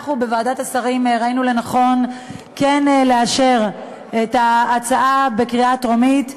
אנחנו בוועדת השרים ראינו לנכון כן לאשר את ההצעה בקריאה טרומית,